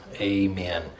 Amen